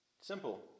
Simple